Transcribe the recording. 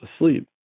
asleep